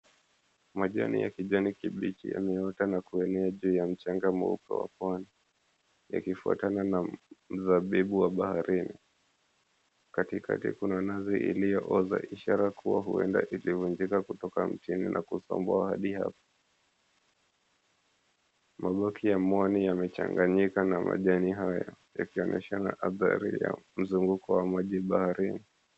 Majani ya kijani kibichi yameota na kuenea juu ya mchanga mweupe wa pwani, yakifuatana na mzabibu wa baharini. Katikati kuna nazi iliyooza, ishara kuwa huenda ilivunjika kutoka mtini na kusombwa hadi hapo. Mabaki ya mwani yamechanganyika na majani haya, yakionyesha athari ya mzunguko wa maji baharini.